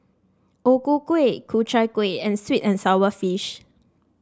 O Ku Kueh Ku Chai Kueh and sweet and sour fish